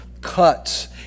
cuts